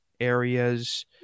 areas